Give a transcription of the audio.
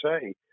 say